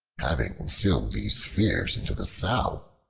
having instilled these fears into the sow,